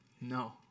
No